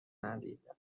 ندیدم